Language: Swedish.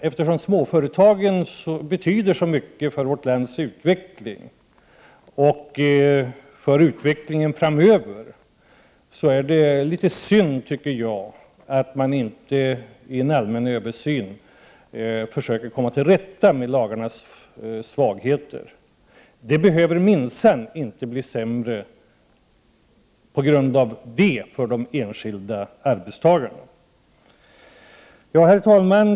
Eftersom småföretagen betyder så mycket för vårt lands utveckling och för utvecklingen framöver, är det litet synd, tycker jag, att man inte i en allmän översyn försöker komma till rätta med lagarnas svagheter. Det behöver minsann inte bli sämre på grund av det för de enskilda arbetstagarna. Herr talman!